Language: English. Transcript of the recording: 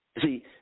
See